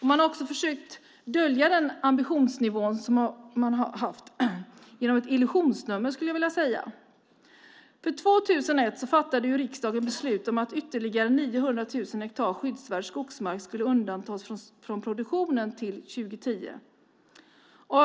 Man har också försökt att dölja den ambitionsnivå som man har haft genom vad jag skulle vilja kalla för ett illusionsnummer. År 2001 fattade riksdagen beslut om att ytterligare 900 000 hektar skyddsvärd skogsmark skulle undantas från produktionen till år 2010.